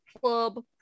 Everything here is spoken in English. Club